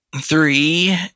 three